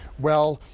well,